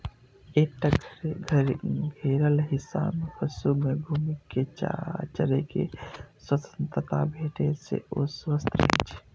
एकटा घेरल हिस्सा मे पशु कें घूमि कें चरै के स्वतंत्रता भेटै से ओ स्वस्थ रहै छै